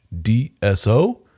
DSO